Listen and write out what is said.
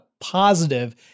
positive